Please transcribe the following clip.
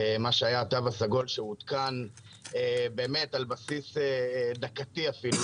מה שהיה התו הסגול שעודכן על בסיס דקתי אפילו,